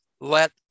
let